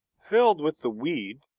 filled with the weed,